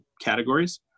categories